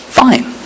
fine